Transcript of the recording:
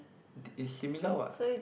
is similar what